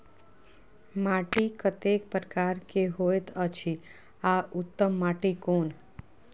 माटी कतेक प्रकार के होयत अछि आ उत्तम माटी कोन?